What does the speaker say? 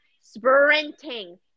sprinting